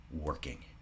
working